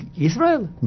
Israel